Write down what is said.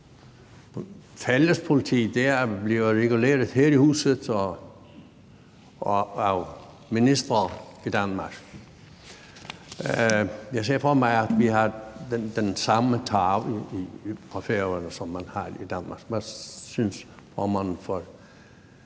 fælles politi, og det bliver reguleret her i huset og af ministre i Danmark. Jeg ser for mig, at vi har det samme på Færøerne, som man har i Danmark. Hvad synes formanden for